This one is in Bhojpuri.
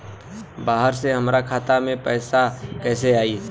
बाहर से हमरा खाता में पैसा कैसे आई?